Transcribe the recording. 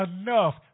enough